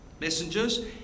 messengers